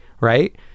Right